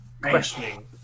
questioning